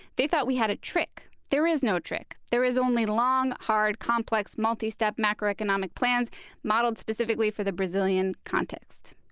they thought we had a trick. there is no trick. there is only long, hard, complex, multi-step macroeconomic plans modeled specifically for the brazilian context.